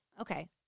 Okay